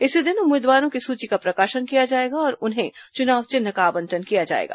इसी दिन उम्मीदवारों की सूची का प्रकाशन किया जाएगा और उन्हें चुनाव चिन्ह का आवंटन किया जाएगा